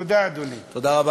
תודה, אדוני.